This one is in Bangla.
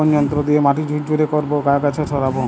কোন যন্ত্র দিয়ে মাটি ঝুরঝুরে করব ও আগাছা সরাবো?